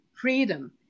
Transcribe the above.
freedom